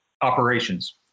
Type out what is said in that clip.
operations